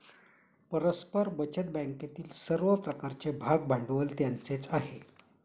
परस्पर बचत बँकेतील सर्व प्रकारचे भागभांडवल त्यांचेच आहे